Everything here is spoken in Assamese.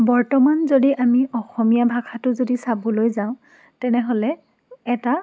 বৰ্তমান যদি আমি অসমীয়া ভাষাটো যদি চাবলৈ যাওঁ তেনেহ'লে এটা